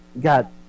got